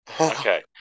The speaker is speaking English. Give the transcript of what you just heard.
Okay